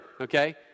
okay